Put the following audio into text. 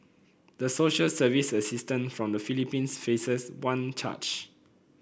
the social service assistant from the Philippines faces one charge